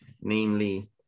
namely